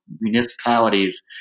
municipalities